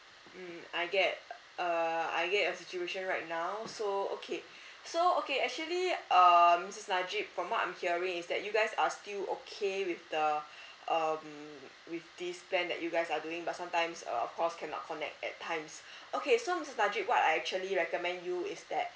mm I get uh I get your situation right now so okay so okay actually um missus najib from what I'm hearing is that you guys are still okay with the um with this plan that you guys are doing but sometimes uh of course cannot connect at times okay so missus najib what I actually recommend you is that